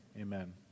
Amen